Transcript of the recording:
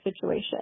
situation